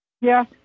Yes